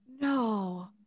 No